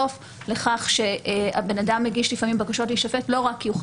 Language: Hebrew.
כך שלבקשה להישפט יש משמעות לא רק מבחינת הרצון